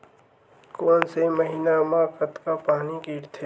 कोन से महीना म कतका पानी गिरथे?